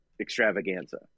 Extravaganza